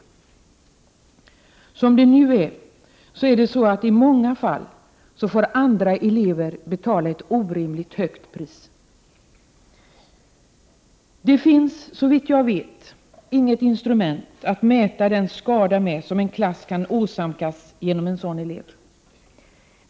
Som det nu ser ut får i många fall andra elever betala ett orimligt högt pris. Det finns såvitt jag vet inget instrument för att mäta den skada som en klass kan åsamkas genom en sådan elev.